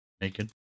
naked